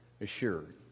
assured